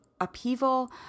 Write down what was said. upheaval